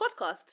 podcast